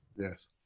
Yes